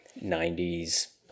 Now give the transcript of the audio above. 90s